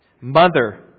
Mother